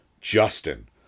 Justin